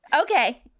Okay